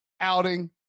outing